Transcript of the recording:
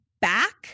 back